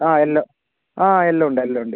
ആ എല്ലാം ആ എല്ലാം ഉണ്ട് എല്ലാം ഉണ്ട്